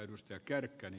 arvoisa puhemies